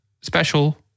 special